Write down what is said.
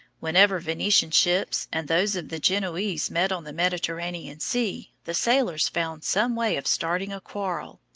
whenever venetian ships and those of the genoese met on the mediterranean sea, the sailors found some way of starting a quarrel.